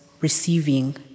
receiving